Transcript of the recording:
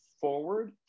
forward